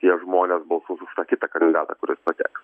tie žmonės balsuos už tą kitą kandidatą kuris pateks